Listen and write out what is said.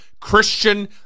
Christian